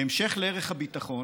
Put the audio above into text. בהמשך לערך הביטחון